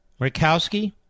Murkowski